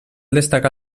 destacar